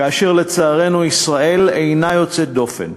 ולצערנו ישראל אינה יוצאת דופן.